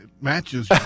matches